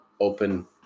open